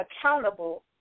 accountable